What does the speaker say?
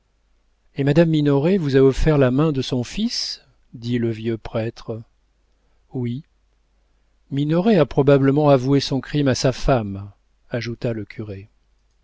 et madame minoret vous a offert la main de son fils dit le vieux prêtre oui minoret a probablement avoué son crime à sa femme ajouta le curé